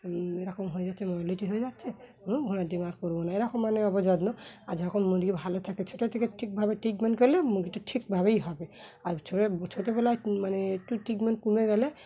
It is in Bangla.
এরকম হয়ে যাচ্ছে হয়ে যাচ্ছে হুম ঘোড়ার ডিম আর করবো না এরকম মানে যত্ন আর যখন মুরগি ভালো থাকে ছোটো থেকে ঠিকভাবে ট্রিটমেন্ট করলে মুরগিটা ঠিকভাবেই হবে আর ছোট ছোটোবেলায় মানে একটু ট্রিটমেন্ট কমে গেলে